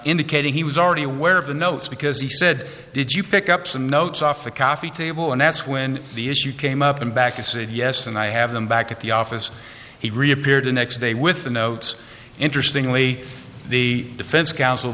indicating he was already aware of the notes because he said did you pick up some notes off the coffee table and that's when the issue came up and back you said yes and i have them back at the office he reappeared the next day with the notes interestingly the defense counsel